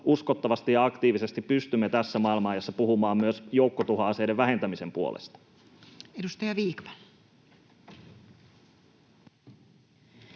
uskottavasti ja aktiivisesti pystymme tässä maailmanajassa puhumaan myös joukkotuhoaseiden vähentämisen puolesta?